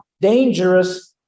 dangerous